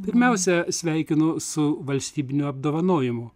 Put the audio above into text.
pirmiausia sveikinu su valstybiniu apdovanojimu